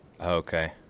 Okay